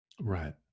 Right